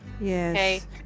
Yes